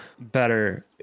better